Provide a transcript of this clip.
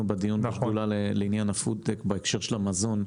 בדיון בשדולה לעניין ה"פוד-טק" בהקשר של המזון.